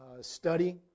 study